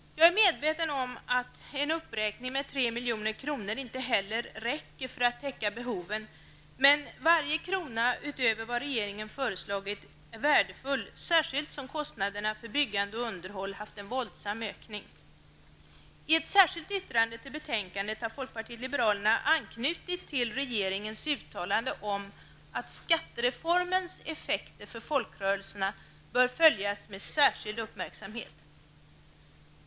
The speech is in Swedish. Jag är medveten om att en uppräkning med 3 milj.kr. inte heller räcker för att täcka behoven, men varje krona utöver vad regeringen föreslagit är värdefull, särskilt som kostnader för byggande och underhåll haft en våldsam ökning. I ett särskilt yttrande till betänkandet har folkpartiet liberalerna anknutit till regeringens uttalande om att skattereformens effekter för folkrörelserna bör följas med särskild uppmärksamhet.